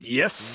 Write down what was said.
yes